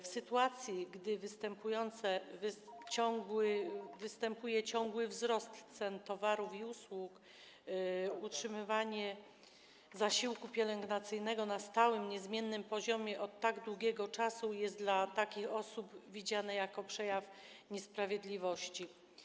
W sytuacji gdy występuje ciągły wzrost cen towarów i usług, utrzymywanie zasiłku pielęgnacyjnego na stałym, niezmiennym poziomie od tak długiego czasu jest przez takie osoby widziane jako przejaw niesprawiedliwości.